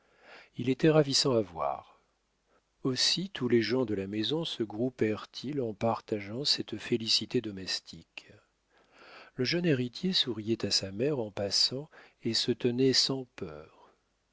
il était ravissant à voir aussi tous les gens de la maison se groupèrent ils en partageant cette félicité domestique le jeune héritier souriait à sa mère en passant et se tenait sans peur